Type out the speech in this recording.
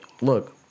look